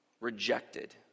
rejected